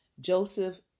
Joseph